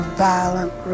violent